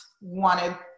wanted